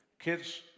Kids